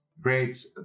Great